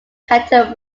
cattle